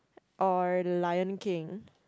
or Lion-King